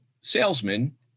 salesman